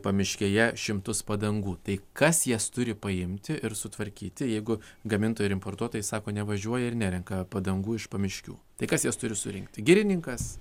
pamiškėje šimtus padangų tai kas jas turi paimti ir sutvarkyti jeigu gamintojai ir importuotojai sako nevažiuoja ir nerenka padangų iš pamiškių tai kas jas turi surinkti girininkas